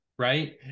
right